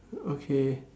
okay